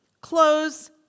Close